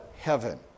heaven